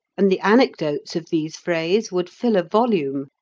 and the anecdotes of these frays would fill a volume.